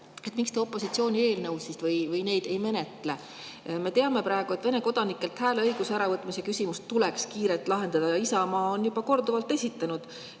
Miks te opositsiooni eelnõusid ei menetle? Me teame praegu, et Vene kodanikelt hääleõiguse äravõtmise küsimus tuleks kiirelt lahendada. Isamaa on juba korduvalt esitanud